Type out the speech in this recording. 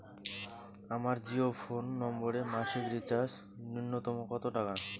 আমার জিও ফোন নম্বরে মাসিক রিচার্জ নূন্যতম কত টাকা?